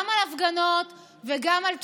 גם על הפגנות וגם על תפילות.